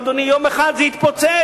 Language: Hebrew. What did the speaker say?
אדוני, יום אחד זה יתפוצץ.